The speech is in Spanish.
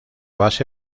base